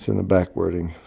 the back wording.